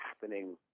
happening